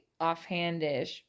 offhandish